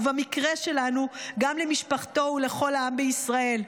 ובמקרה שלנו, גם למשפחתו ולכל העם בישראל.